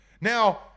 Now